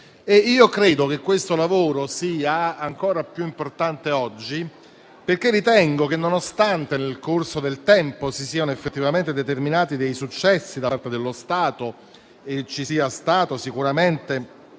Credo che tale lavoro sia ancora più importante oggi perché, nonostante nel corso del tempo si siano effettivamente determinati dei successi da parte dello Stato e ci sia stato sicuramente